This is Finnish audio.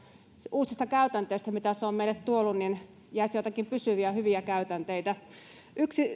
uusista käytänteistä mitä se on meille tuonut jäisi joitakin pysyviä hyviä käytänteitä yksi